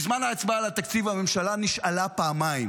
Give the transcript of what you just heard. בזמן ההצבעה על התקציב הממשלה נשאלה פעמיים